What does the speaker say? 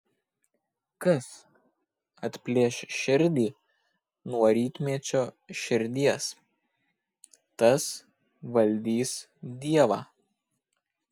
kas atplėš širdį nuo rytmečio širdies tas valdys dievą